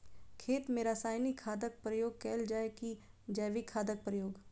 खेत मे रासायनिक खादक प्रयोग कैल जाय की जैविक खादक प्रयोग?